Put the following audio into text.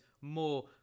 more